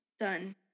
done